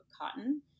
cotton